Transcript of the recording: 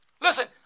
Listen